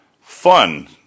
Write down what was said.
fun